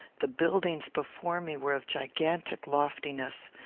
the buildings before me were of gigantic loftiness.